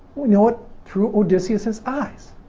know it through odysseus's eyes.